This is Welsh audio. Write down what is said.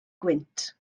gwynt